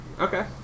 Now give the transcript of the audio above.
Okay